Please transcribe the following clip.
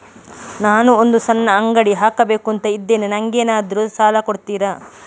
ನಾನು ಒಂದು ಸಣ್ಣ ಅಂಗಡಿ ಹಾಕಬೇಕುಂತ ಇದ್ದೇನೆ ನಂಗೇನಾದ್ರು ಸಾಲ ಕೊಡ್ತೀರಾ?